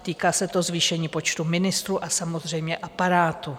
Týká se to zvýšení počtu ministrů a samozřejmě aparátu.